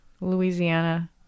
Louisiana